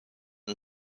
and